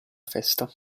festa